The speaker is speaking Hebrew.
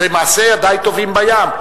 הרי מעשה ידי טובעים בים.